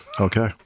Okay